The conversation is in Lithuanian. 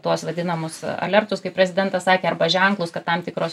tuos vadinamus alertus kaip prezidentas sakė arba ženklus kad tam tikros